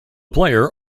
player